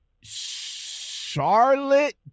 Charlotte